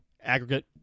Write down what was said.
aggregate